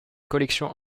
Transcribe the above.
collection